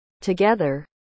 Together